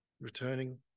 returning